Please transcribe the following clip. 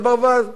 זה ברווז,